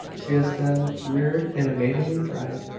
she has been reared in a maidenly pride,